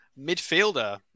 midfielder